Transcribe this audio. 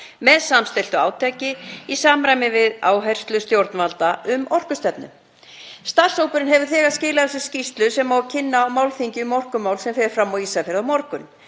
með samstilltu átaki í samræmi við áherslur stjórnvalda um orkustefnu. Starfshópurinn hefur þegar skilað af sér skýrslu sem á að kynna á málþingi um orkumál sem fer fram á Ísafirði á morgun.